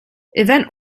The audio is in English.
event